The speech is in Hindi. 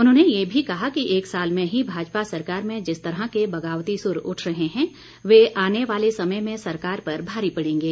उन्होंने ये भी कहा कि एक साल में ही भाजपा सरकार में जिस तरह के बगावती सुर उठ रहे हैं वह आने वाले समय में सरकार पर भारी पडेंगे